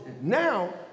now